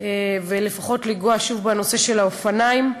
לפחות לנגוע שוב בנושא של האופניים.